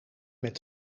met